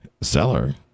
seller